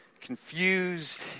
confused